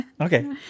Okay